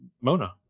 Mona